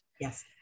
Yes